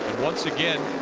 once again,